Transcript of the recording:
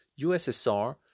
USSR